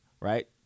right